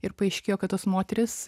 ir paaiškėjo kad tos moterys